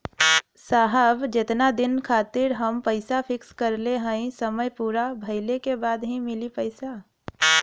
साहब जेतना दिन खातिर हम पैसा फिक्स करले हई समय पूरा भइले के बाद ही मिली पैसा?